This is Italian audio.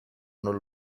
non